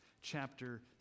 chapter